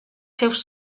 seus